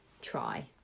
try